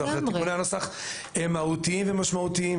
או אחר תיקוני הנוסח הם מהותיים ומשמעותיים